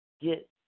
get